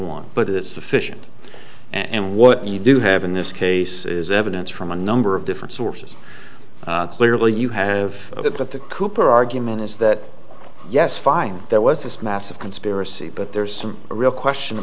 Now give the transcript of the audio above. one but it is sufficient and what you do have in this case is evidence from a number of different sources clearly you have at the cooper argument is that yes five there was this massive conspiracy but there's some real question